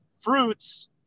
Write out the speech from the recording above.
fruits